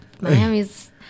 Miami's